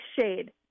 shade